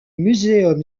muséum